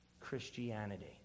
Christianity